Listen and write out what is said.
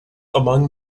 among